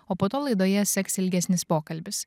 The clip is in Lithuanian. o po to laidoje seks ilgesnis pokalbis